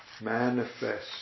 manifest